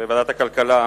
בוועדת הכלכלה,